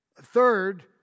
Third